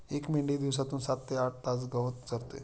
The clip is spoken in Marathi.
एक मेंढी दिवसातून सात ते आठ तास गवत चरते